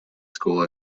school